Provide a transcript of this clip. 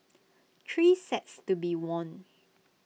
three sets to be won